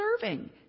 serving